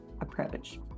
approach